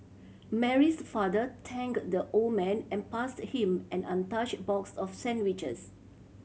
Mary's father thanked the old man and passed him an untouched box of sandwiches